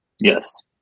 Yes